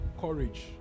courage